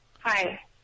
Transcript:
Hi